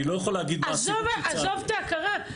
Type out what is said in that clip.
עזוב את ההכרה.